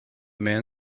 man